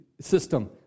system